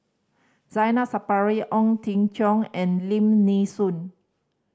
Zainal Sapari Ong Teng Cheong and Lim Nee Soon